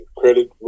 credit